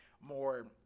more